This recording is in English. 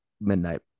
Midnight